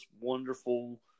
wonderful